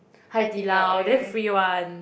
Hai-Di-Lao then free [one]